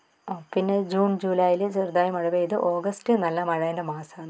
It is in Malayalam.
അ പിന്നെ ജൂൺ ജൂലൈയില് ചെറുതായി മഴ പെയ്ത് ഓഗസ്റ്റ് നല്ല മഴേൻറ്റെ മാസമാണ്